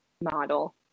model